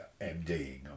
MDing